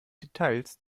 details